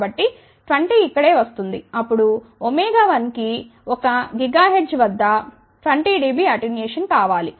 కాబట్టి 20 ఇక్క డే వస్తుంది అప్పుడు 1 కి ఒక GHz వద్ద 20 dB అటెన్యుయేషన్ కావాలి